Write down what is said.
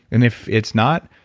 and if it's not,